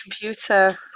computer